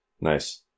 Nice